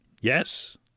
Yes